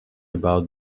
about